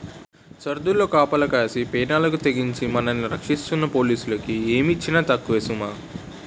సరద్దుల్లో కాపలా కాసి పేనాలకి తెగించి మనల్ని రచ్చిస్తున్న పోలీసులకి ఏమిచ్చినా తక్కువే సుమా